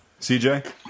cj